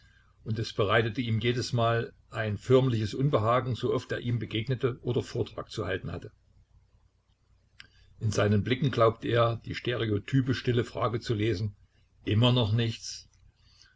und es bereitete ihm jedesmal ein förmliches unbehagen so oft er ihm begegnete oder vortrag zu halten hatte in seinen blicken glaubte er die stereotype stille frage zu lesen immer noch nichts